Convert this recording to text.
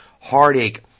heartache